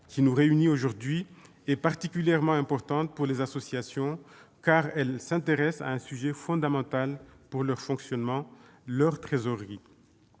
qui nous réunit aujourd'hui, est particulièrement importante pour les associations. Elle s'intéresse à un sujet fondamental pour leur fonctionnement : leur trésorerie.